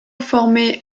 formé